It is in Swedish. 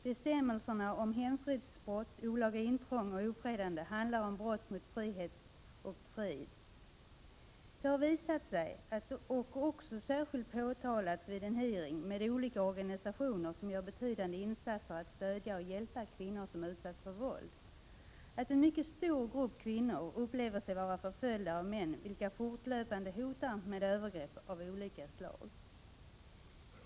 Bestämmelserna om hemfridsbrott, olaga intrång och ofredande handlar om brott mot frihet och frid. Det har visat sig — och det har också särskilt påtalats vid en hearing med olika organisationer som gör betydande insatser för att stödja och hjälpa kvinnor som utsatts för våld — att en mycket stor grupp kvinnor upplever sig vara förföljda av män, vilka fortlöpande hotar med övergrepp av olika slag.